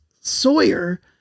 Sawyer